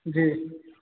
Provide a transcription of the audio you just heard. जी